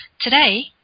Today